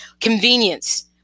Convenience